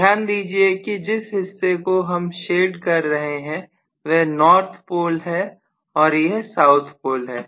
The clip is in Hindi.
ध्यान दीजिए कि जिस हिस्से को हम शेड कर रहे हैं वह नॉर्थ पोल है और यह साउथ पोल है